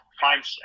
find